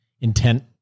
intent